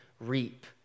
reap